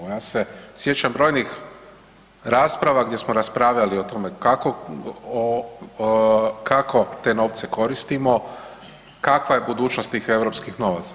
Ja se sjećam brojnih rasprava gdje smo raspravljali o tome kako te novce koristimo, kakva je budućnost tih europskih novaca.